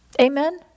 Amen